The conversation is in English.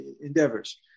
endeavors